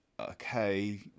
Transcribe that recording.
okay